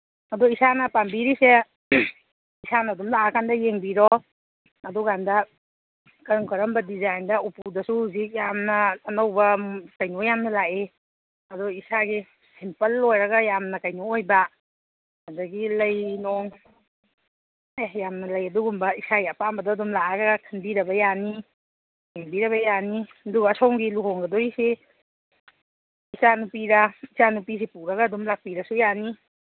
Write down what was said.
ꯑꯗꯣ ꯏꯁꯥꯅ ꯄꯥꯝꯕꯤꯔꯤꯁꯦ ꯏꯁꯥꯅ ꯑꯗꯨꯝ ꯂꯥꯛꯑꯀꯥꯟꯗ ꯌꯦꯡꯕꯤꯔꯣ ꯑꯗꯨꯀꯥꯟꯗ ꯀꯔꯝ ꯀꯔꯝꯕ ꯗꯤꯖꯥꯏꯟꯗ ꯎꯄꯨꯗꯁꯨ ꯍꯧꯖꯤꯛ ꯌꯥꯝꯅ ꯑꯅꯧꯕ ꯀꯩꯅꯣ ꯌꯥꯝꯅ ꯂꯥꯛꯏ ꯑꯗꯣ ꯏꯁꯥꯒꯤ ꯁꯤꯝꯄꯜ ꯑꯣꯏꯔꯒ ꯌꯥꯝꯅ ꯀꯩꯅꯣ ꯑꯣꯏꯕ ꯑꯗꯒꯤ ꯂꯩ ꯅꯨꯡ ꯑꯦ ꯌꯥꯝꯅ ꯂꯩ ꯑꯗꯨꯒꯨꯝꯕ ꯏꯁꯥꯒꯤ ꯑꯄꯥꯝꯕꯗꯨ ꯑꯗꯨꯝ ꯂꯥꯛꯑꯒ ꯈꯟꯕꯤꯔꯕ ꯌꯥꯅꯤ ꯌꯦꯡꯕꯤꯔꯒ ꯌꯥꯅꯤ ꯑꯗꯨ ꯑꯁꯣꯝꯒꯤ ꯂꯨꯍꯣꯡꯒꯗꯣꯏꯁꯤ ꯏꯆꯥꯅꯨꯄꯤꯔꯥ ꯏꯆꯥꯅꯨꯄꯤꯁꯤ ꯄꯨꯔꯒ ꯑꯗꯨꯝ ꯂꯥꯛꯄꯤꯔꯁꯨ ꯌꯥꯅꯤ